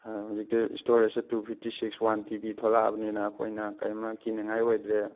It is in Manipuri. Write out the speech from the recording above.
ꯍꯧꯖꯤꯛꯇꯤ ꯏꯁꯇꯣꯔꯦꯖꯁꯦ two fifty six one TB ꯊꯣꯛꯂꯛꯑꯕꯅꯤꯅ ꯑꯩꯈꯣꯏꯅ ꯀꯩꯝꯃ ꯀꯤꯅꯤꯡꯉꯥꯏ ꯑꯣꯏꯗ꯭ꯔꯦ